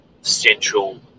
central